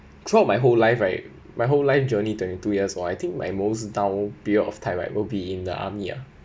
throughout my whole life right my whole life journey twenty two years or I think my most dull period of time right will be in the army ah